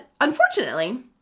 Unfortunately